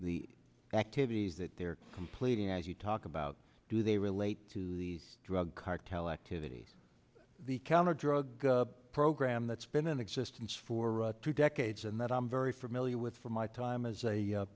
the activities that they're completing as you talk about do they relate to these drug cartel activities the counter drug program that's been in existence for two decades and that i'm very familiar with from my time as